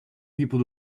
people